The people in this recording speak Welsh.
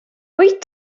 wyt